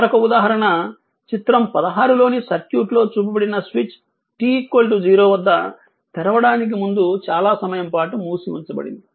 మరొక ఉదాహరణ చిత్రం 16 లోని సర్క్యూట్ లో చూపబడిన స్విచ్ t0 వద్ద తెరవడానికి ముందు చాలా సమయం పాటు మూసి ఉంచబడింది